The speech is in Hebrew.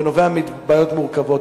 וזה נובע מבעיות מורכבות.